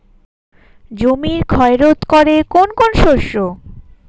জমির ক্ষয় রোধ করে কোন কোন শস্য?